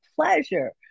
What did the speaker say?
pleasure